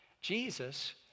Jesus